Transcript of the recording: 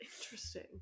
Interesting